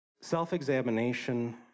Self-examination